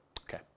Okay